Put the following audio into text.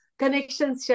connections